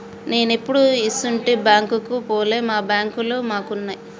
నేనెప్పుడూ ఇసుంటి బాంకుకు పోలే, మా బాంకులు మాకున్నయ్